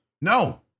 No